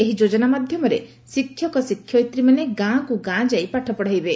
ଏହି ଯୋଜନା ମାଧ୍ଧମରେ ଶିକ୍ଷକ ଶିକ୍ଷୟିତ୍ରୀମାନେ ଗାଁକୁ ଗାଁ ଯାଇ ପାଠ ପଡ଼ାଇବେ